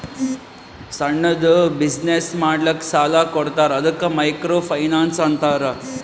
ಸಣ್ಣುದ್ ಬಿಸಿನ್ನೆಸ್ ಮಾಡ್ಲಕ್ ಸಾಲಾ ಕೊಡ್ತಾರ ಅದ್ದುಕ ಮೈಕ್ರೋ ಫೈನಾನ್ಸ್ ಅಂತಾರ